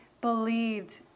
believed